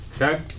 Okay